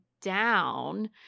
down